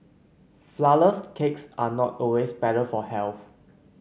flourless cakes are not always better for health